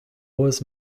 was